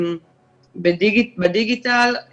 בדיגיטל,